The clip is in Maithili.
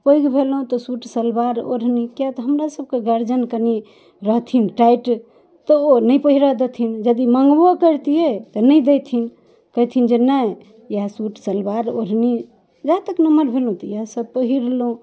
पैघ भेलहुँ तऽ सूट सलवार ओढ़नी किआ तऽ हमरा सबके गार्जियन कनी रहथिन टाइट तऽ ओ नहि पहिरऽ देथिन यदि मङ्गबो करितियै तऽ नहि देथिन कहथिन जे नहि इएह सूट सलवार ओढ़नी जा तक नमहर भेलहुँ तऽ इएह सब पहिरलहुँ